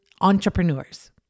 entrepreneurs